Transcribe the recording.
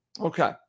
Okay